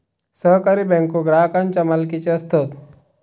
सहकारी बँको ग्राहकांच्या मालकीचे असतत